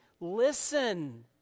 Listen